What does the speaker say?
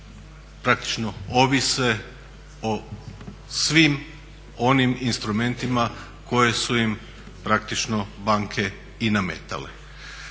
praktično ovise o svim onim instrumentima koje su im praktično banke i nametale.